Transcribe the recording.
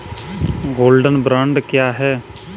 Gold bond क्या है?